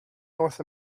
north